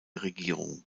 regierung